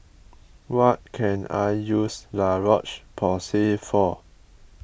what can I use La Roche Porsay for